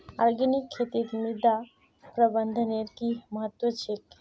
organic खेतीत मृदा प्रबंधनेर कि महत्व छे